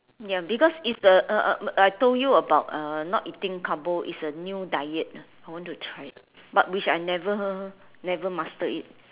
ya because it's the uh I told you about uh not eating carbo it's a new diet I want to try but which I never never master it